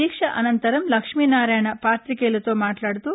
దీక్ష అనంతరం లక్ష్మీనారాయణ పాతికేయులతో మాట్లాడుతూ